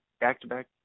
back-to-back